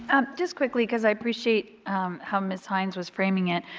and just quickly because i appreciate how ms. hynes was framing it.